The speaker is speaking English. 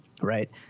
right